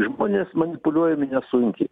žmonės manipuliuojami nesunkiai